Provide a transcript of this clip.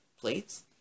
plates